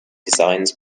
designs